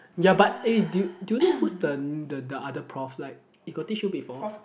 ya but eh do you do you know who's the the other prof like he got teach you before